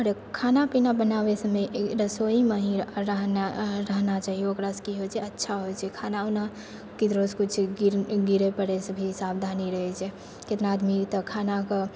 आओर खाना पीना बनाबै समय रसोइमे ही रहना चाहिओ ओकरासँ की होइ छै अच्छा होइ छै खाना उना किधरोसँ किछु गिरै पड़ैसँ भी सावधानी रहै छै कितना आदमी तऽ खानाके